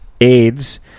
AIDS